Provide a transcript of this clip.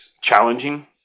challenging